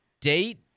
date